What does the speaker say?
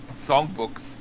songbooks